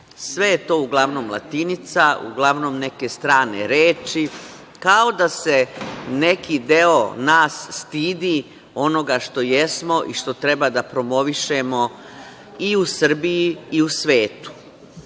Sve je to uglavnom latinica, uglavnom neke strane reči kao da se neki deo nas stidi onoga što jesmo i što treba da promovišemo i u Srbiji i u svetu. Između